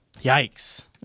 Yikes